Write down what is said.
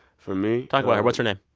for me talk about her. what's her name?